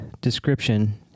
Description